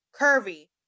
curvy